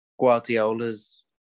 Guardiola's